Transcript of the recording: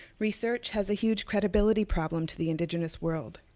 research has a huge credibility problem to the indigenous world.